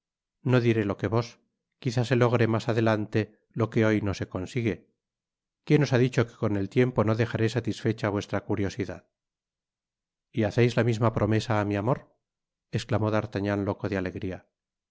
no diré lo que vos quizá se logre mas adelante lo que hoy no se consigue quien os ha dicho que con el tiempo no dejaré satisfecha vuestra curiosidad y haceis la misma promesa á mi amor esclamó d'artagnan loco de alegria